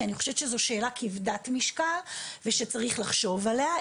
כי אני חושבת שזו שאלה כבדת משקל ושצריך לחשוב עליה,